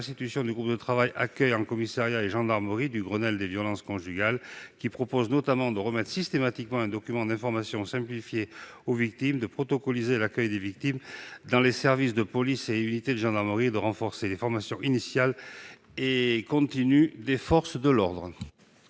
restitutions du groupe de travail « accueil en commissariat et gendarmerie » du Grenelle des violences conjugales, qui prévoient notamment de remettre systématiquement un document d'information simplifié aux victimes, de « protocoliser » l'accueil des victimes dans les services de police et unités de gendarmerie et de renforcer les formations initiales et continues des forces de l'ordre.